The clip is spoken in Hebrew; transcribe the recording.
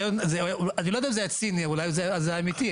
אני לא יודע אם זה היה ציני, אולי זה היה אמיתי.